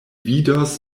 vidos